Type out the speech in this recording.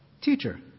Teacher